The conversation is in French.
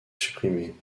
supprimés